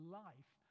life